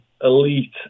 elite